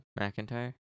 McIntyre